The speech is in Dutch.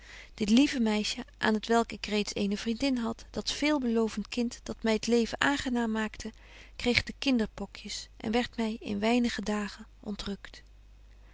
dit lieve meisje aan t welk ik reeds eene vriendin had dat veelbelovent kind dat my t leven aangenaam maakte kreeg de kinderpokjes en werdt my in weinige dagen